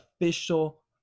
official